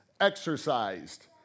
exercised